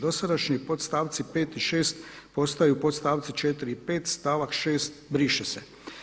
Dosadašnji podstavci 5. i 6. postaju podstavci 4. i 5. stavak 6. briše se.